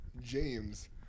James